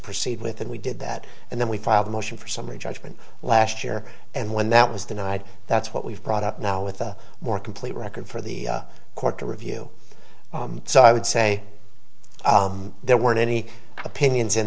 proceed with and we did that and then we filed a motion for summary judgment last year and when that was denied that's what we've brought up now with a more complete record for the court to review so i would say there weren't any opinions in